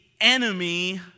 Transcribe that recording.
enemy